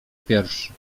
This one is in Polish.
pierwszy